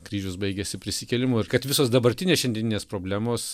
kryžius baigiasi prisikėlimu ir kad visos dabartinės šiandieninės problemos